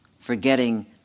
forgetting